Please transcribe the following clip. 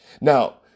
Now